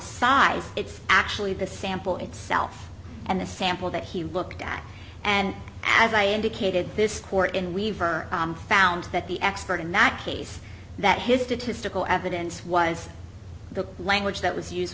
size it's actually the sample itself and the sample that he looked at and as i indicated this court in weaver found that the expert in that case that his statistical evidence was the language that was used